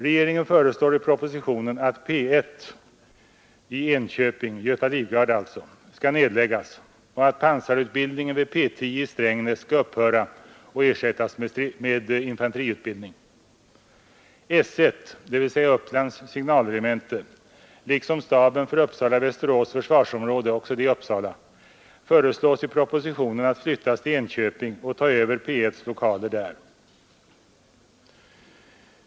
Regeringen föreslår i propositionen att P 1 i Enköping — Göta Livgarde — skall nedläggas och att pansarutbildningen vid P 10 i Strängnäs skall upphöra och ersättas med infanteriutbildning. S 1, dvs. Upplands signalregemente, liksom staben för Uppsala—Västerås försvarsområde, också det i Uppsala, föreslås i propositionen att flyttas till Enköping och ta över P 1:s lokaler där.